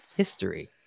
history